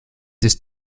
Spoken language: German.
des